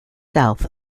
south